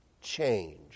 change